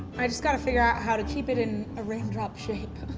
i just gotta figure out how to keep it in a raindrop shape.